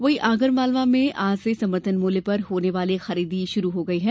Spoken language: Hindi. वहीं आगर मालवा में आज से समर्थन मूल्य पर होने वाली खरीदी शुरू हो गई है